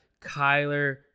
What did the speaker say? Kyler